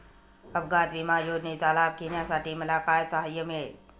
अपघात विमा योजनेचा लाभ घेण्यासाठी मला काय सहाय्य मिळेल?